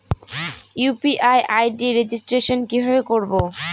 UPI ID registration কিভাবে করব?